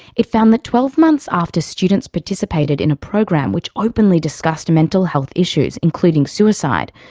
it found that twelve months after students participated in a program which openly discussed mental health issues, including suicide,